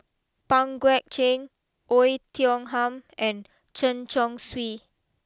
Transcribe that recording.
Pang Guek Cheng Oei Tiong Ham and Chen Chong Swee